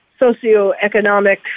socioeconomic